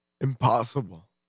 Impossible